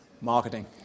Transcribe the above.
marketing